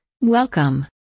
Welcome